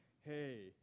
hey